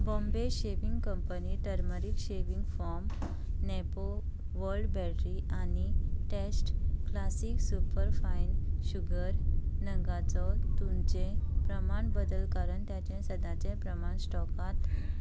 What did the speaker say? Bombay shaving company turmeric shaving foam नॅपो volt battery आनी taste classic superfine sugar नगांचो तुमचें प्रमाण बदल कारण तांचे सदाचें प्रमाण स्टॉकांत